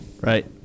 Right